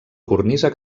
cornisa